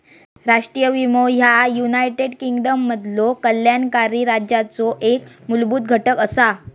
राष्ट्रीय विमो ह्या युनायटेड किंगडममधलो कल्याणकारी राज्याचो एक मूलभूत घटक असा